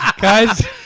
Guys